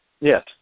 yes